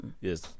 Yes